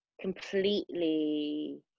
completely